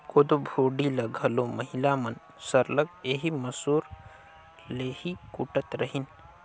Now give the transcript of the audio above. कोदो भुरडी ल घलो महिला मन सरलग एही मूसर ले ही कूटत रहिन